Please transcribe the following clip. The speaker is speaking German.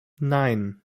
nein